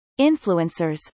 influencers